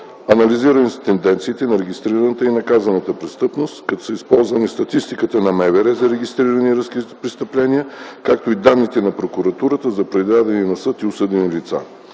Анализирани са тенденциите на регистрираната и наказана престъпност, като са използвани статистиката на МВР за регистрирани и разкрити престъпления, както и данните на прокуратурата за предадени на съд и осъдени лице.